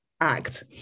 act